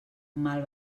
mal